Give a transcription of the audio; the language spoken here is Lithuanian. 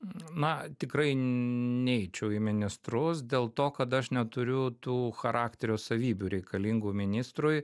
na tikrai neičiau į ministrus dėl to kad aš neturiu tų charakterio savybių reikalingų ministrui